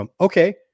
Okay